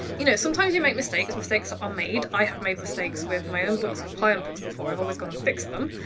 you know, sometimes you make mistakes. mistakes are made. i have made mistakes with my own books, with client books before. i've always gone and fixed them.